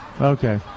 Okay